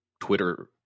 Twitter